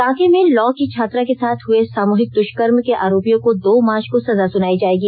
कांके में लॉ की छात्रा के साथ हए सामूहिक द्ष्कर्म के आरोपियों को दो मार्च को सजा सुनायी जाएगी